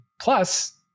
plus